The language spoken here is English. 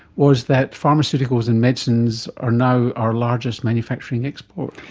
was that pharmaceuticals and medicines are now our largest manufacturing export.